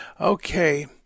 Okay